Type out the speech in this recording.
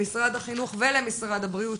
למשרד החינוך ולמשרד הבריאות,